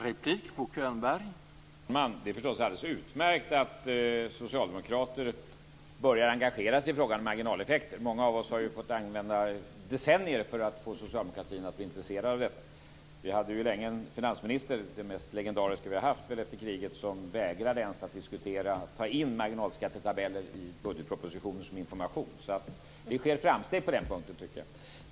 Herr talman! Det är förstås alldeles utmärkt att socialdemokrater börjar engagera sig i frågan om marginaleffekter. Många av oss har ju fått använda decennier för att få socialdemokratin att bli intresserad av detta. Vi hade länge en finansminister - den mest legendariske vi har haft efter kriget - som vägrade att ens diskutera att ta in marginalskattetabeller i budgetpropositionen som information. Det sker alltså framsteg på den punkten.